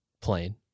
plain